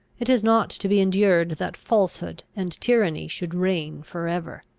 it is not to be endured that falsehood and tyranny should reign for ever.